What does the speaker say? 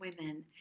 women